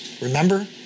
Remember